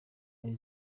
ari